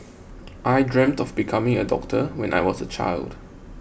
I dreamt of becoming a doctor when I was a child